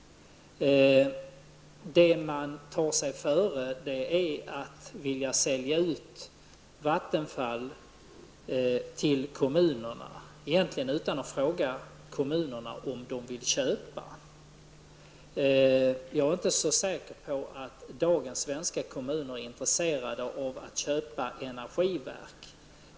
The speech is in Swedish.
Det man tar sig före är att vilja sälja ut Vattenfall till kommunerna, egentligen utan att fråga kommunerna om de vill köpa. Jag är inte så säker på att dagens svenska kommuner är intresserade av att köpa energiverk.